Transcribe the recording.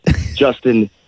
Justin